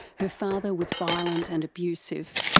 her father was violent and abusive,